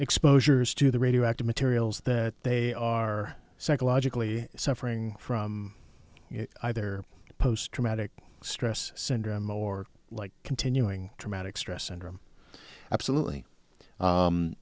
exposures to the radioactive materials that they are psychologically suffering from either post traumatic stress syndrome or like continuing traumatic stress syndrome absolutely